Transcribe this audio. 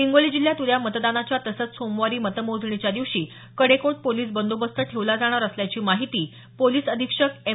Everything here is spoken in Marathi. हिंगोली जिल्ह्यात उद्या मतदानाच्या तसंच सोमवारी मतमोजणीच्या दिवशी कडेकोट पोलिस बंदोबस्त ठेवला जाणार असल्याची माहिती पोलीस अधीक्षक एम